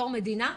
בתור מדינה,